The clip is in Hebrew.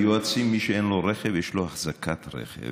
ויועצים, מי שאין לו רכב, יש לו אחזקת רכב.